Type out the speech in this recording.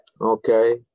Okay